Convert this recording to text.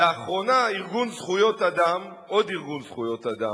לאחרונה, ארגון זכויות אדם, עוד ארגון זכויות אדם,